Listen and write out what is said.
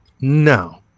No